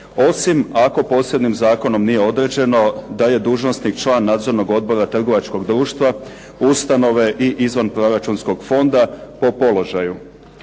Osim ako posebnim zakonom nije određeno da je dužnosnik član nadzornog odbora trgovačkog društva, ustanove i izvanproračunskog fonda po položaju.